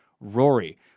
rory